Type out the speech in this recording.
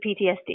PTSD